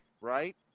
right